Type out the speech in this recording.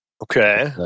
okay